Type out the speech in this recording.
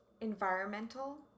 environmental